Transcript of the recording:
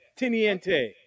Tiniente